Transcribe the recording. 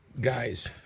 guys